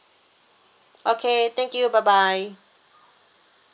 okay thank you bye bye